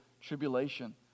tribulation